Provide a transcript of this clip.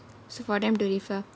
so for them to refer